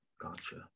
Gotcha